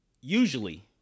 Usually